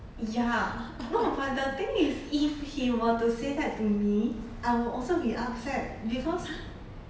ya no but the thing is if he were to say that to me I will also be upset because